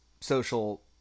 social